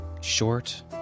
Short